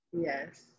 yes